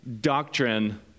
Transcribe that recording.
doctrine